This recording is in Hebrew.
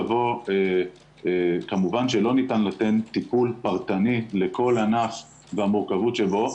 לבוא כמובן שלא ניתן לתת טיפול פרטני לכל ענף והמורכבות שבו,